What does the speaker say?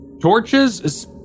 torches